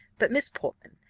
but, miss portman,